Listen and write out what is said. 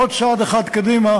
עוד צעד אחד קדימה